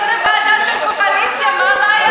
אבל זו ועדה של קואליציה, מה הבעיה שלכם?